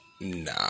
Nah